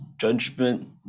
judgment